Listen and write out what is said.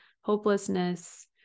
hopelessness